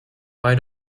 why